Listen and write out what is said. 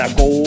go